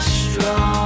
strong